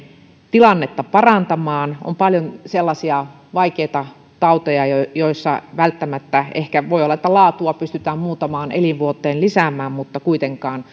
tilannetta parantamaan on paljon sellaisia vaikeita tauteja joissa ehkä voi olla että laatua pystytään muutamaan elinvuoteen lisäämään mutta kuitenkaan